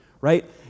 right